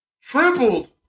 tripled